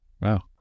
Wow